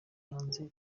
hanze